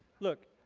look,